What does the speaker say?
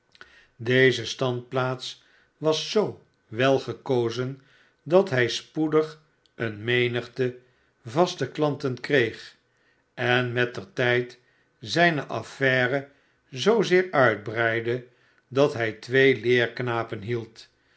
deze standplaats was zoo wel gekozen dat hij spoedig eene menigte vaste klanten kreeg en met der tijd zijne affaire zoozeer uitbreidde dat hij twee leerknapen hield